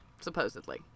Supposedly